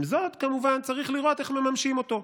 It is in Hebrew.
עם זאת, כמובן, צריך לראות איך מממשים אותו.